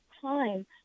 time